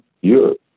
Europe